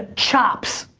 ah chops,